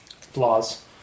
flaws